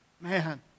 Man